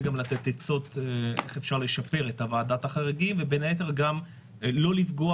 גם לתת עצות איך לשפר את ועדת החריגים ובין היתר גם לא לפגוע